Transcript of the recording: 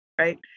right